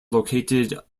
located